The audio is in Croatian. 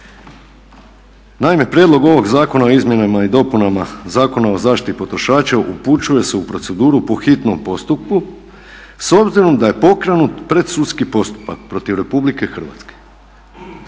Naime, Prijedlog ovog zakona o izmjenama i dopunama Zakona o zaštiti potrošača upućuje se u proceduru po hitnom postupku s obzirom da je pokrenut predsudski postupak protiv Republike Hrvatske.